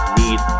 need